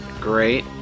great